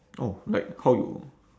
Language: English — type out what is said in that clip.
oh like how you